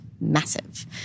massive